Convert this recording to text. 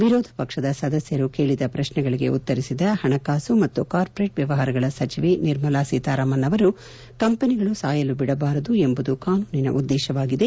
ವಿರೋಧ ಪಕ್ಷದ ಸದಸ್ಯರು ಕೇಳಿದ ಪ್ರಶ್ನೆಗಳಿಗೆ ಉತ್ತರಿಸಿದ ಹಣಕಾಸು ಮತ್ತು ಕಾರ್ಪೊರೇಟ್ ವ್ವವಹಾರಗಳ ಸಚಿವ ನಿರ್ಮಲಾ ಸೀತಾರಾಮನ್ ಅವರು ಕಂಪೆನಿಗಳು ಸಾಯಲು ಬಿಡಬಾರದು ಎಂಬುದು ಕಾನೂನಿನ ಉದ್ದೇಶವಾಗಿದೆ